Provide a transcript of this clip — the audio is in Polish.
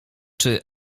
czy